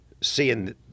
seeing